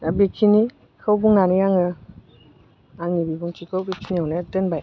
बेखिनिखौ बुंनानै आङो आंनि बिबुंथिखौ बेखिनियावनो दोनबाय